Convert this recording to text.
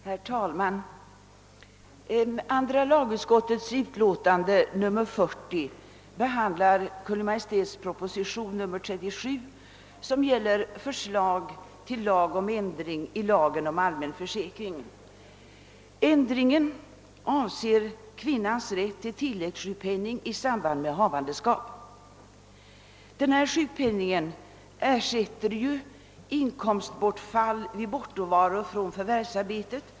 Herr talman! Andra lagutskottets utlåtande nr 40 behandlar Kungl. Maj:ts proposition nr 37, som gäller förslag till lag om ändring i lagen om allmän försäkring. Ändringen avser kvinnas rätt till tilläggssjukpenning i samband med havandeskap. Denna sjukpenning ersätter ju inkomstbortfall vid bortovaro från förvärvsarbete.